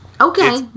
Okay